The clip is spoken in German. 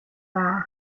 war